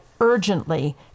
urgently